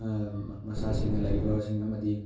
ꯃꯆꯥꯁꯤꯡꯅ ꯂꯩꯈꯤꯗꯕꯁꯤꯡ ꯑꯃꯗꯤ